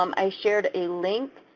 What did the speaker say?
um i shared a link